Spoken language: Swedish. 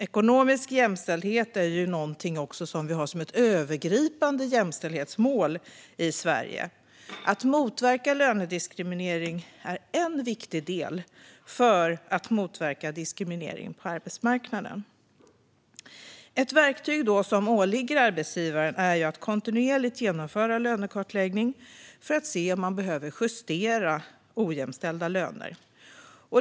Ekonomisk jämställdhet är ju också något som vi har som ett övergripande jämställdhetsmål i Sverige. Att motverka lönediskriminering är en viktig del för att motverka diskriminering på arbetsmarknaden. Ett verktyg som åligger arbetsgivaren är att kontinuerligt genomföra lönekartläggning för att se om man behöver justera ojämställda löner.